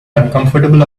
uncomfortable